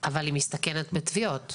אבל היא מסתכנת בתביעות.